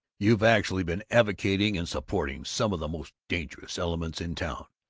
you've actually been advocating and supporting some of the most dangerous elements in town,